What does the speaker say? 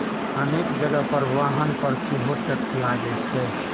अनेक जगह पर वाहन पर सेहो टैक्स लागै छै